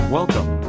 Welcome